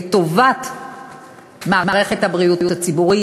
לטובת מערכת הבריאות הציבורית.